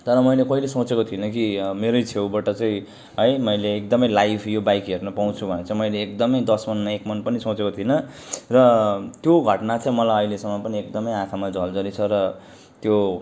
तर मैले कहिले सोचेको थिइनँ कि मेरो छेउबाट चाहिँ है मैले एकदमै लाइभ यो बाइक हेर्न पाउँछु भनेर चाहिँ मैले एकदमै दस मनमा एक मन पनि सोचेको थिइनँ र त्यो घटना चाहिँ मलाई अहिलेसम्म पनि एकदमै आँखामा झलझली छ र त्यो